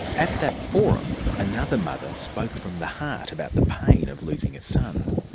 at that forum, another mother spoke from the heart about the pain of losing a son.